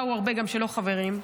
באו הרבה שלא חברים.